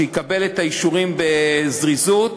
שיקבל את האישורים בזריזות,